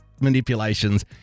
manipulations